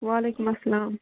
وعلیکُم اَسلام